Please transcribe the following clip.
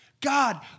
God